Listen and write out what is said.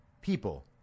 people